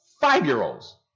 five-year-olds